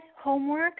Homework